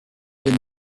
been